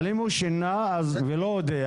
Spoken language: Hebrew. היא אומרת אם הוא שינה ולא הודיע.